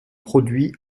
produits